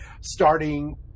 starting